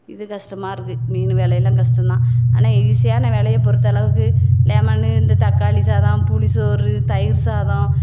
இது கஷ்டமாக இருக்குது மீன் வேலையெல்லாம் கஷ்டம்தான் ஆனால் ஈஸியான வேலையை பொறுத்த அளவுக்கு லெமன்னு இந்த தக்காளி சாதம் புளி சோறு தயிர் சாதம்